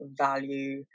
value